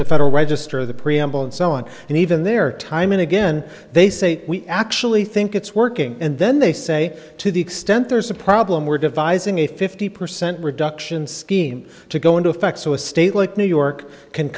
the federal register the preamble and so on and even there time and again they say we actually think it's working and then they say to the extent there's a problem we're devising a fifty percent reduction scheme to go into effect so a state like new york can